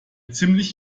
ziemlich